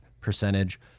percentage